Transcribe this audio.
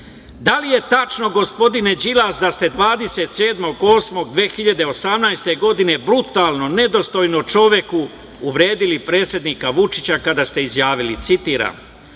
da li je tačno gospodine Đilas da ste 27. avgusta 2018. godine brutalno, nedostojno čoveku uvredili predsednika Vučića kada ste izjavili, citiram